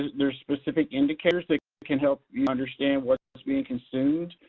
and there are specific indicators that can help you understand what is being consumed